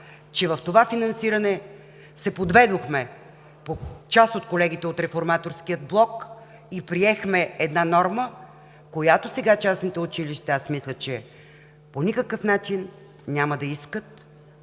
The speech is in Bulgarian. че в това финансиране се подведохме по част от колегите от Реформаторския блок и приехме норма, която сега частните училища, мисля, че по никакъв начин няма да искат